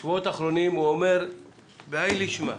בשבועות האחרונים הוא אומר בהאי לישנא: